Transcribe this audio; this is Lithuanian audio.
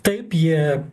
taip jie